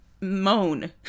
moan